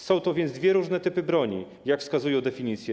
Są to więc dwa różne typy broni, jak wskazują definicje.